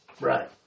Right